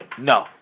No